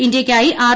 ഇന്ത്യയ്ക്കായി ആർ